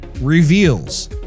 reveals